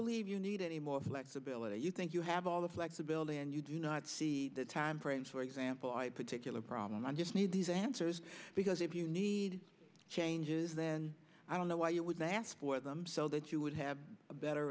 believe you need any more flexibility you think you have all the flexibility and you do not see the time frames for example i particular problem i just need these answers because if you need changes then i don't know why you would not ask for them so that you would have a better